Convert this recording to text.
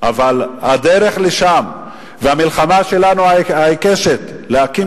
אבל הדרך לשם והמלחמה העיקשת שלנו להקים